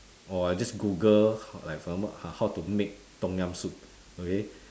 or I just google how like for example how to make tom-yum soup okay